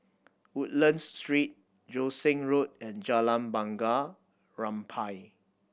Woodlands Street Joo Seng Road and Jalan Bunga Rampai